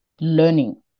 learning